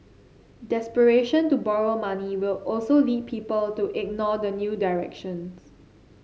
desperation to borrow money will also lead people to ignore the new directions